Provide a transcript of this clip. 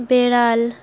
বেড়াল